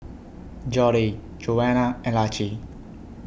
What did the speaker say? Jodie Joana and Laci